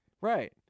Right